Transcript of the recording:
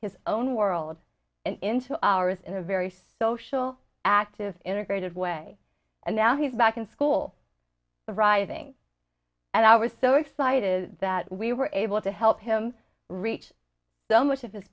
his own world and into ours in a very social active integrated way and now he's back in school arriving and i was so excited that we were able to help him reach so much of his